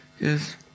yes